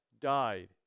died